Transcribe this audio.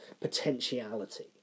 potentiality